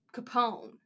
Capone